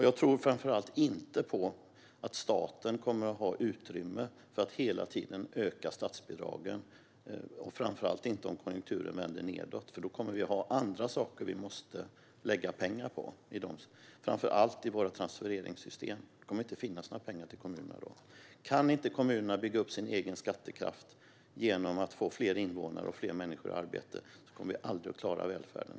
Jag tror framför allt inte på att staten kommer att ha utrymme för att hela tiden öka statsbidragen, framför allt inte om konjunkturen vänder nedåt. Då kommer vi att ha andra saker som vi måste lägga pengar på, framför allt i våra transfereringssystem. Då kommer det inte att finnas några pengar till kommunerna. Om inte kommunerna kan bygga upp sin egen skattekraft genom att få fler invånare och fler människor i arbete kommer vi aldrig att klara välfärden.